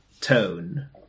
tone